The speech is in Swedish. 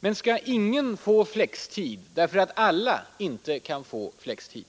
Men skall ingen få flextid därför att alla inte kan få flextid?